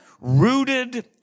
rooted